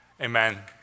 Amen